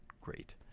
great